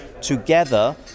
Together